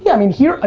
yeah i mean here, ah